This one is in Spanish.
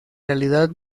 realidad